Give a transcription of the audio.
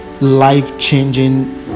life-changing